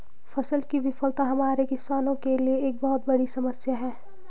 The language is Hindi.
फसल की विफलता हमारे किसानों के लिए एक बहुत बड़ी समस्या है